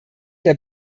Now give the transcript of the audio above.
der